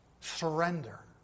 Surrender